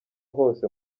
hose